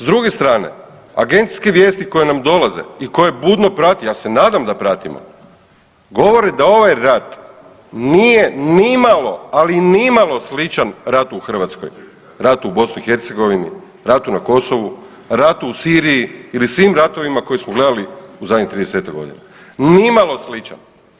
S druge strane agencijske vijesti koje nam dolaze i koje budno pratimo, ja se nadam da pratimo govore da ovaj rat nije nimalo, ali nimalo sličan ratu u Hrvatskoj, ratu u BiH, ratu na Kosovu, ratu u Siriji ili u svim ratovima koje smo gledali u zadnjih 30-ak godina, nimalo sličan.